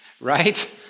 Right